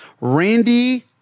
Randy